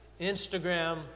Instagram